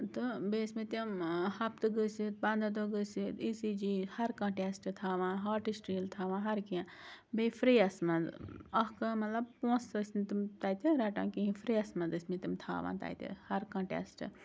تہٕ بیٚیہِ ٲسۍ مےٚ تِم ہَفتہٕ گٔژھِتھ پَنٛداہ دۄہ گٔژھِتھ ای سی جی ہر کانٛہہ ٹٮ۪سٹ تھاوان ہارٹٕچ ریٖل تھاوان ہر کینٛہہ بیٚیہِ فرییَس منٛز اَکھ مطلب پونٛسہٕ ٲسۍ نہٕ تِم تَتہِ رَٹان کِہیٖنۍ فرییَس منٛز ٲسۍ مےٚ تِم تھاوان تَتہِ ہر کانٛہہ ٹیسٹ